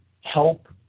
help